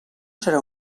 serà